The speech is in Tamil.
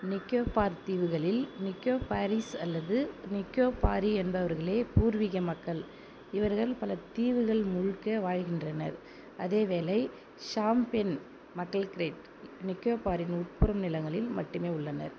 நிக்கோபார் தீவுகளில் நிக்கோபாரீஸ் அல்லது நிக்கோபாரி என்பவர்களே பூர்வீக மக்கள் இவர்கள் பல தீவுகள் முழுக்க வாழ்கின்றனர் அதேவேளை ஷாம்பென் மக்கள் கிரேட் நிக்கோபாரின் உட்புற நிலங்களில் மட்டுமே உள்ளனர்